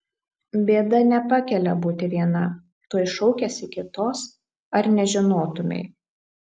bėda nepakelia būti viena tuoj šaukiasi kitos ar nežinotumei